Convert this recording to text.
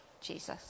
Jesus